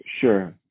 Sure